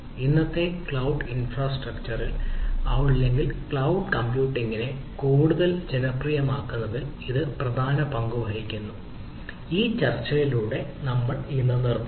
ഇന്നത്തെ ക്ലൌഡ് ഇൻഫ്രാസ്ട്രക്ചറിൽ അല്ലെങ്കിൽ ക്ലൌഡ് കമ്പ്യൂട്ടിംഗിനെ കൂടുതൽ ജനപ്രിയമാക്കുന്നതിൽ ഇത് പ്രധാന പങ്ക് വഹിക്കുന്നു ഈ ചർച്ചയിലൂടെ നമ്മൾ ഇന്ന് നിർത്തുന്നു